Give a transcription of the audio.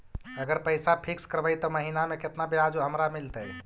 अगर पैसा फिक्स करबै त महिना मे केतना ब्याज हमरा मिलतै?